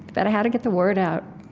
but how to get the word out,